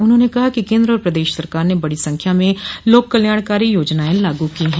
उन्होंने कहा कि केन्द्र और प्रदेश सरकार ने बड़ी संख्या में लोक कल्याणकारी योजनाएं लागू की है